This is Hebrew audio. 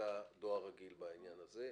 דווקא דואר רגיל בעניין הזה.